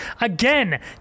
again